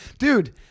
Dude